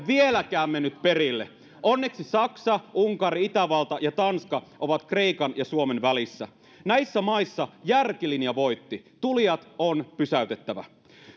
ole vieläkään mennyt perille onneksi saksa unkari itävalta ja tanska ovat kreikan ja suomen välissä näissä maissa järkilinja voitti tulijat on pysäytettävä